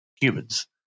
humans